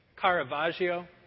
Caravaggio